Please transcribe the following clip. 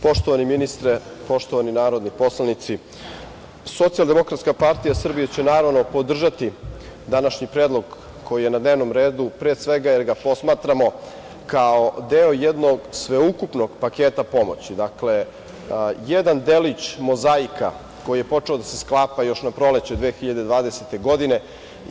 Poštovani ministre, poštovani narodni poslanici, SDPS će, naravno, podržati današnji predlog koji je na dnevnom redu, pre svega, jer ga posmatramo kao deo jednog sveukupnog paketa pomoći, dakle, jedan deo mozaika koji je počeo da se sklapa još na proleće 2020. godine.